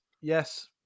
yes